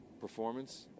performance